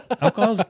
Alcohol